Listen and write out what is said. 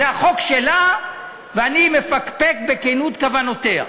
זה החוק שלה, ואני מפקפק בכנות כוונותיה.